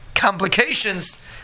Complications